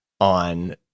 on